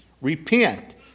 Repent